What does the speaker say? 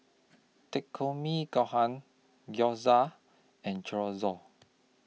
Takikomi Gohan Gyoza and Chorizo